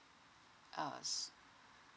uh